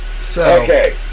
Okay